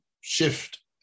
shift